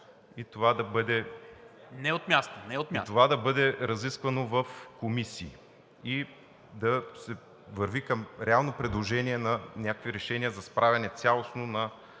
И това да бъде разисквано в комисии и да се върви към реално предложение за някакви решения за цялостно